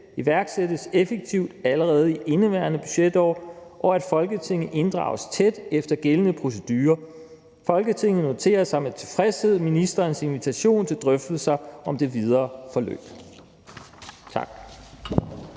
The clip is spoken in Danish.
iværksættes effektivt allerede i indeværende budgetår, og at Folketinget inddrages tæt efter gældende procedurer. Folketinget noterer sig med tilfredshed ministerens invitation til drøftelser om det videre forløb.«